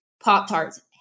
Pop-Tarts